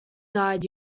died